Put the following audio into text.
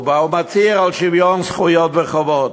והוא בא ומצהיר על שוויון זכויות וחובות.